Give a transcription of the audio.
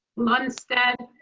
lunstead.